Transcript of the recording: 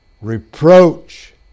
Reproach